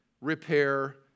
repair